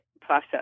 process